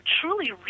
truly